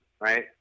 Right